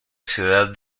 ciudad